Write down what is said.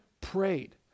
prayed